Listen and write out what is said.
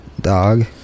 dog